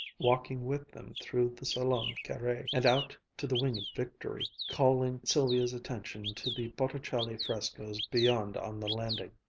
walking with them through the salon carre and out to the winged victory, calling sylvia's attention to the botticelli frescoes beyond on the landing.